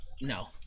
No